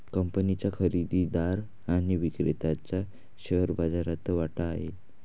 कंपनीच्या खरेदीदार आणि विक्रेत्याचा शेअर बाजारात वाटा आहे